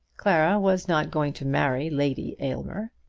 clara was not going to marry lady aylmer,